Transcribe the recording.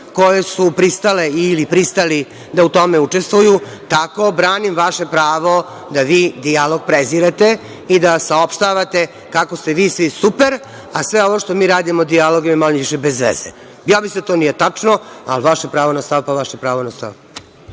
koje su pristale ili pristali da u tome učestvuju, tako branim vaše pravo da vi dijalog prezirete i da saopštavate kako ste vi svi super, a sve ovo što mi radimo dijalogom je manje-više bez veze. Ja mislim da to nije tačno, ali vaše pravo na stav je vaše pravo na stav.